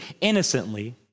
innocently